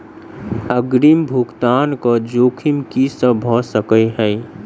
अग्रिम भुगतान केँ जोखिम की सब भऽ सकै हय?